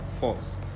false